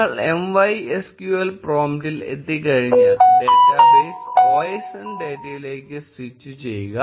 നിങ്ങൾ MySQL പ്രോംപ്റ്റിൽ എത്തിക്കഴിഞ്ഞാൽ ഡാറ്റ ബേസ് OSN ഡാറ്റയിലേക്ക് സ്വിച്ച് ചെയ്യുക